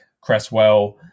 Cresswell